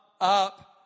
up